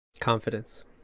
confidence